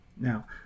Now